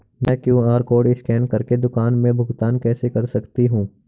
मैं QR code scan कर के दुकान में भुगतान कैसे कर सकती हूँ?